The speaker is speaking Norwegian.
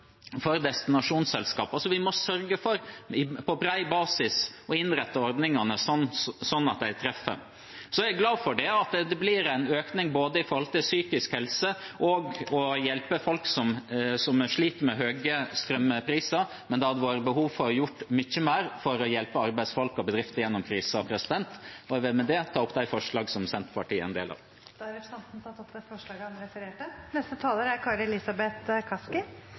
for destinasjonsselskaper. Vi må sørge for på bred basis å innrette ordningene sånn at de treffer. Jeg er glad for at det blir en økning både når det gjelder psykisk helse, og for å hjelpe folk som sliter med høye strømpriser, men det hadde vært behov for å gjøre mye mer for å hjelpe arbeidsfolk og bedrifter gjennom krisen. Jeg vil med det ta opp de øvrige forslagene som Senterpartiet står bak. Representanten Sigbjørn Gjelsvik har tatt opp de forslagene han refererte til. Vi er